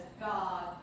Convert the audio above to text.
God